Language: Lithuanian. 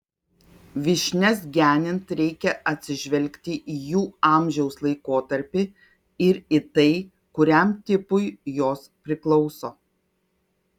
vyšnias genint reikia atsižvelgti į jų amžiaus laikotarpį ir į tai kuriam tipui jos priklauso